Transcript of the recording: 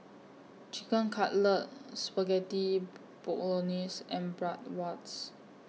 Chicken Cutlet Spaghetti Bolognese and Bratwurst